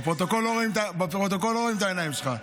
בפרוטוקול לא רואים את העיניים שלך.